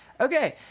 Okay